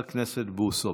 הכנסת בוסו.